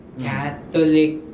Catholic